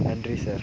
நன்றி சார்